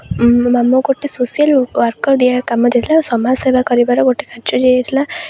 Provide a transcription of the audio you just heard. ଆମକୁ ଗୋଟେ social work ଦିଆ କାମ ଦିଆଯାଇଥିଲା ଆଉ ସମାଜ ସେବା କରିବାର ଗୋଟେ କାର୍ଯ୍ୟ ଦିଆଯାଇଥିଲା